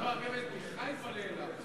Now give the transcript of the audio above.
עכשיו הרכבת מחיפה לאילת.